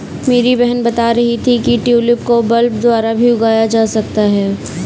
मेरी बहन बता रही थी कि ट्यूलिप को बल्ब द्वारा भी उगाया जा सकता है